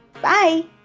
Bye